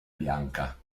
bianca